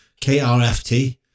KRFT